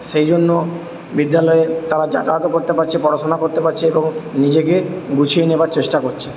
সেই জন্য বিদ্যালয়ে তারা যাতায়াতও করতে পারছে পড়াশোনা করতে পারছে এবং নিজেকে গুছিয়ে নেওয়ার চেষ্টা করছে